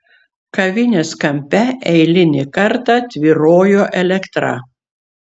kavinės kampe eilinį kartą tvyrojo elektra